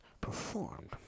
performed